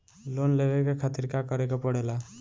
Loan लेवे के खातिर का करे के पड़ेला?